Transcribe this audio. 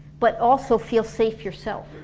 but also feel safe yourself?